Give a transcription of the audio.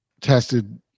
tested